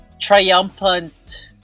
triumphant